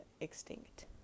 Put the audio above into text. extinct